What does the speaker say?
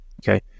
okay